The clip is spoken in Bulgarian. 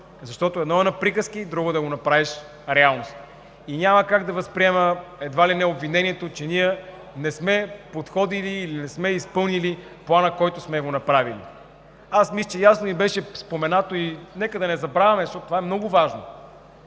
защото едно е на приказки, друго е да го направиш реалност. И няма как да възприема едва ли не обвинението, че ние не сме подходили или не сме изпълнили плана, който сме направили. Аз мисля, че ясно Ви беше споменато, и нека да не забравяме, защото това е много важно: